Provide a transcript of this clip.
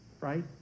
right